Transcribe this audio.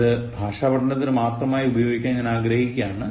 ഇത് ഭാഷാ പഠനത്തിനു മാത്രമായി ഉപയോഗിക്കാൻ ഞാൻ ആഗ്രഹിക്കുകയാണ്